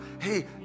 hey